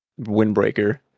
windbreaker